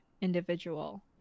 individual